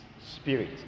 spirit